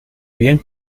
bien